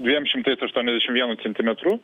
dviem šimtais aštuoniasdešim vienu centimetru